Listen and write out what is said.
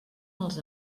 els